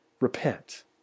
repent